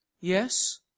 Yes